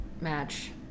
match